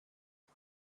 die